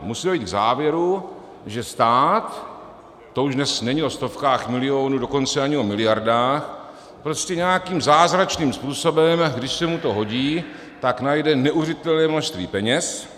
Musí dojít k závěru, že stát, to už dnes není o stovkách milionů, dokonce ani o miliardách, prostě nějakým zázračným způsobem, když se mu to hodí, tak najde neuvěřitelné množství peněz.